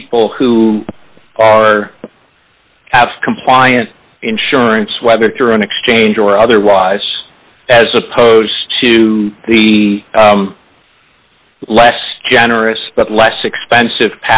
people who are asked compliant insurance whether through an exchange or otherwise as opposed to the less generous but less expensive